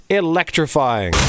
electrifying